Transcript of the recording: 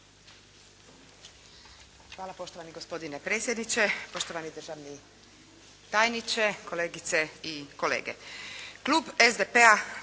Hvala poštovani gospodine predsjedniče, poštovani državni tajniče, kolegice i kolege.